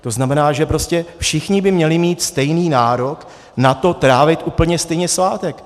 To znamená, že by prostě všichni měli mít stejný nárok na to trávit úplně stejně svátek.